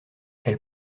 elle